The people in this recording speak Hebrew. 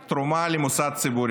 הכנסת.